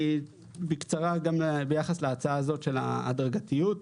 בקצרה, ביחס להצעה הזאת של ההדרגתיות.